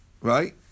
Right